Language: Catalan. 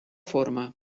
forma